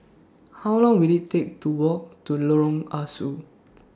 How Long Will IT Take to Walk to Lorong Ah Soo